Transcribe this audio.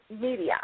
media